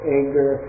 anger